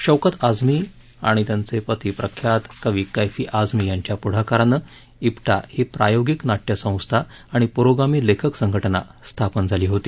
शौकत आझमी आणि त्यांचे पती प्रख्यात कवी कैफी आझमी यांच्या पुढाकारानं प्टि ही प्रायोगिक नाट्यसंस्था आणि पुरोगामी लेखक संघटना स्थापन झाली होती